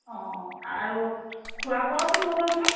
অঁ অঁ আৰু খোৱা বোৱাওটো হ'ব নহয়